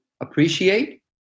appreciate